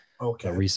Okay